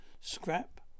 Scrap